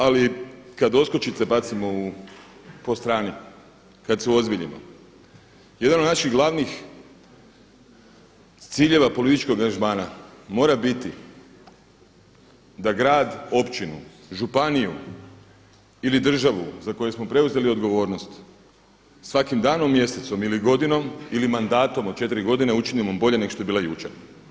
Ali kada doskočice bacimo po strani, kada se uozbiljimo, jedan od naših glavnih ciljeva političkog angažmana mora biti da grad, općinu, županiju ili državu za koju smo preuzeli odgovornost svakim danom, mjesecom ili godinom ili mandatom od četiri godine učinimo bolje nego što je bila jučer.